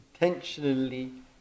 intentionally